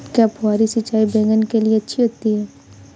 क्या फुहारी सिंचाई बैगन के लिए अच्छी होती है?